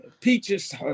Peaches